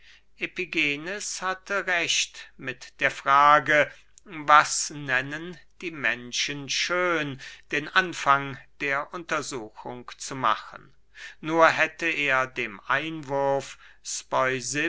epigenes hatte recht mit der frage was nennen die menschen schön den anfang der untersuchung zu machen nur hätte er dem einwurf